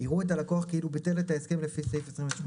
יראו את הלקוח כאילו ביטל את ההסכם לפי סעיף 28,